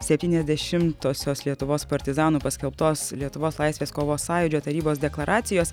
septyniasdešimtosios lietuvos partizanų paskelbtos lietuvos laisvės kovos sąjūdžio tarybos deklaracijos